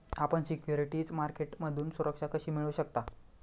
आपण सिक्युरिटीज मार्केटमधून सुरक्षा कशी मिळवू शकता?